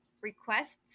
Requests